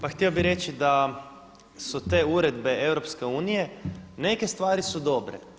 Pa htio bi reći da su te uredbe EU neke stvari su dobre.